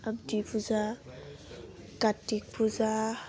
आमथि फुजा खाटटिक फुजा